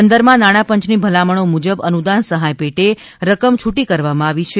પંદરમાં નાણાં પંચની ભલામણો મુજબ અનુદાન સહાય પેટે રકમ છૂટી કરવામાં આવી છે